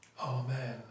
Amen